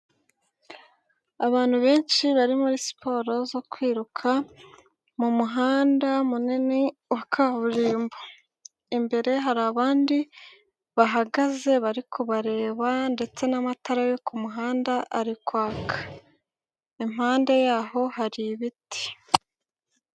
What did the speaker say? Abantu benshi bari muri siporo zo kwiruka mumuhanda munini wa kaburimbo, imbere hari abandi bahagaze bari kubareba ndetse n'amatara yo kumuhanda are kwaka, impande yaho hari ibiti.